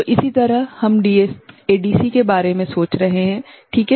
तो इसी तरह हम एडीसी के बारे में सोच रहे हैं ठीक है